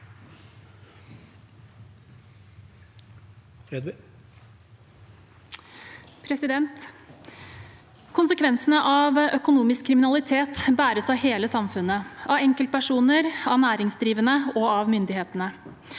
Konsekvensene av økonomisk kriminalitet bæres av hele samfunnet: av enkeltpersoner, av næringsdrivende og av myndighetene.